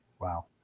Wow